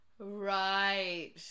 right